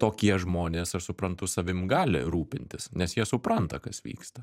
tokie žmonės aš suprantu savim gali rūpintis nes jie supranta kas vyksta